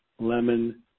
lemon